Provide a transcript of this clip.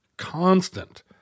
constant